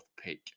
pick